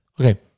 Okay